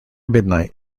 midnight